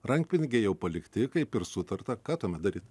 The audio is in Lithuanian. rankpinigiai jau palikti kaip ir sutarta ką tuomet daryt